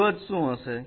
રજૂઆત શું હશે